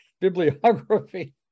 bibliography